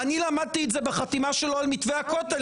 אני כמובן מצטרפת ליום הולדתך.